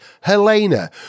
Helena